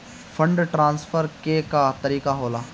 Fund transfer के का तरीका होला?